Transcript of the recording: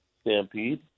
Stampede